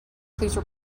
please